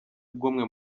bw’umwe